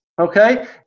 okay